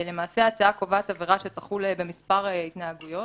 למעשה, ההצעה קובעת עבירה שתחול במספר התנהגויות.